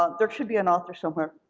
ah there should be an author somewhere,